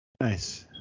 Nice